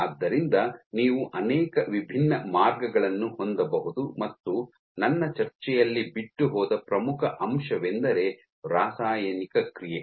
ಆದ್ದರಿಂದ ನೀವು ಅನೇಕ ವಿಭಿನ್ನ ಮಾರ್ಗಗಳನ್ನು ಹೊಂದಬಹುದು ಮತ್ತು ನನ್ನ ಚರ್ಚೆಯಲ್ಲಿ ಬಿಟ್ಟು ಹೋದ ಪ್ರಮುಖ ಅಂಶವೆಂದರೆ ರಾಸಾಯನಿಕ ಕ್ರಿಯೆ